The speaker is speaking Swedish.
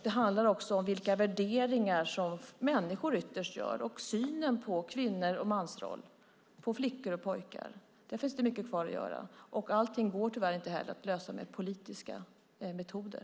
Det handlar också om vilka värderingar som människor ytterst har och synen på kvinnoroll och mansroll, på flickor och pojkar. Där finns det mycket kvar att göra. Allting går tyvärr inte heller att lösa med politiska metoder.